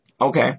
Okay